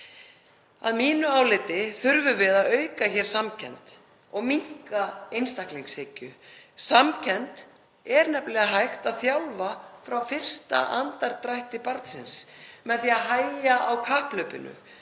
Að mínu áliti þurfum við að auka samkennd og minnka einstaklingshyggju. Samkennd er nefnilega hægt að þjálfa frá fyrsta andardrætti barnsins með því að hægja á kapphlaupinu,